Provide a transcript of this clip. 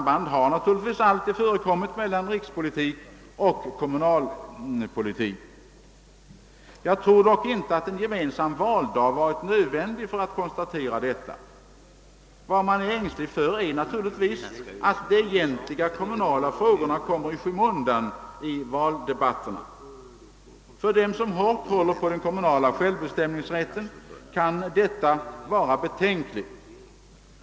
Det har naturligtvis alltid funnits ett sådant samband. Jag tror dock inte att en gemensam valdag är nödvändig för att fastslå detta förhållande. Man är givetvis ängslig för att de egentliga kommunala frågorna kommer i skymundan i valdebatterna. För dem som hårt håller på den kommunala självbestämmanderätten kan det nya systemet te sig betänkligt.